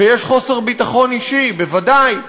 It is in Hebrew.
ויש חוסר ביטחון אישי, בוודאי.